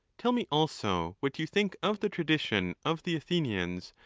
tell me also what you think of the tradition of the athenians,